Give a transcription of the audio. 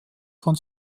von